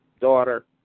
daughter